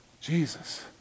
Jesus